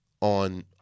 on